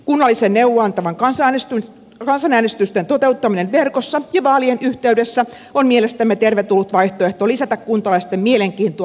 kunnallisten neuvoa antavien kansanäänestysten toteuttaminen verkossa ja vaalien yhteydessä on mielestämme tervetullut vaihtoehto lisätä kuntalaisten mielenkiintoa yhteiskunnalliseen vaikuttamiseen